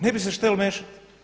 Ne bi se štel mešat“